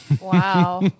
Wow